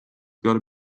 gotta